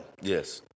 Yes